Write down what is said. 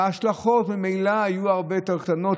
וההשלכות ממילא היו הרבה יותר קטנות,